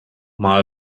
mal